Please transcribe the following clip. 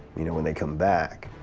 you know when they come back.